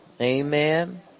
amen